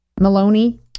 Maloney